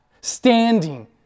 standing